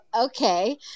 okay